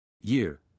Year